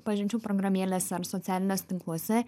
pažinčių programėlėse ar socialiniuos tinkluose